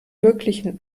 möglichen